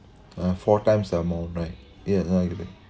uh four times the amount right yeah you're right